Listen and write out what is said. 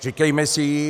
Říkejme si ji.